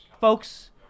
folks